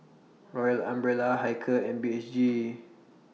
Royal Umbrella Hilker and B H G